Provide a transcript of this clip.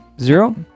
Zero